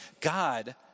God